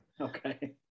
Okay